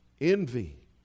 envy